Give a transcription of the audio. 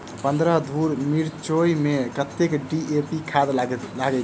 पन्द्रह धूर मिर्चाई मे कत्ते डी.ए.पी खाद लगय छै?